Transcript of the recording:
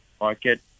market